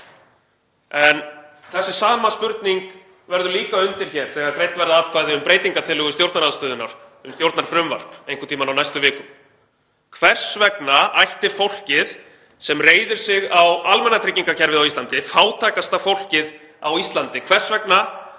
En þessi sama spurning verður líka undir hér þegar greidd verða atkvæði um breytingartillögu stjórnarandstöðunnar um stjórnarfrumvarp einhvern tímann á næstu vikum. Hvers vegna ætti fólkið sem reiðir sig á almannatryggingakerfið á Íslandi, fátækasta fólkið á Íslandi, hvers vegna